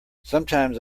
sometimes